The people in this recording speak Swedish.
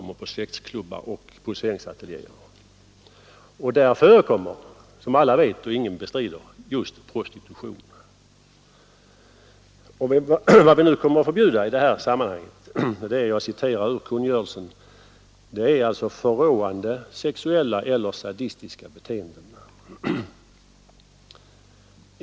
Och inom dessa sexklubbar och poseringsateljéer förekommer, som alla vet och ingen bestrider, just prostitution. Vad vi nu kommer att förbjuda i detta sammanhang är — jag citerar ur kungörelsen ”förråande sexuella eller sadistiska beteenden”.